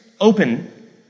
open